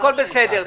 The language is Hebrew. הכול בסדר.